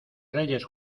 reyes